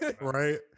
Right